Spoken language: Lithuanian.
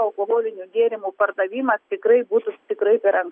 alkoholinių gėrimų pardavimas tikrai būtų tikrai garan